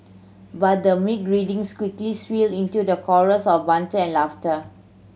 but the meek greetings quickly swelled into the chorus of banter and laughter